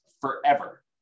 forever